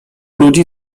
ludzi